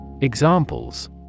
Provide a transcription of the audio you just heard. Examples